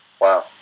Wow